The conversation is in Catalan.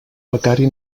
becari